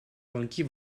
ланки